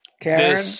Karen